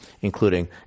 including